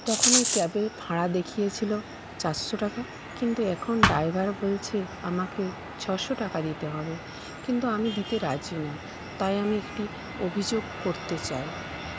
তখন ঐ ক্যাবের ভাড়া দেখিয়েছিলো চারশো টাকা কিন্তু এখন ড্রাইভার বলছে আমাকে ছশো টাকা দিতে হবে কিন্তু আমি দিতে রাজি না তাই আমি একটি অভিযোগ করতে চাই